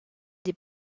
des